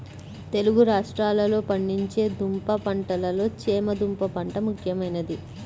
తెలుగు రాష్ట్రాలలో పండించే దుంప పంటలలో చేమ దుంప పంట ముఖ్యమైనది